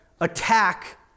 attack